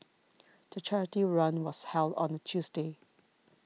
the charity run was held on a Tuesday